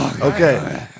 Okay